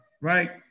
right